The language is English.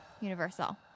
Universal